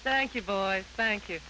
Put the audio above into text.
thank you boy thank you